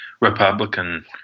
Republican